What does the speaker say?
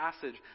passage